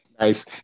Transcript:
Nice